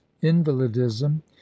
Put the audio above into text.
invalidism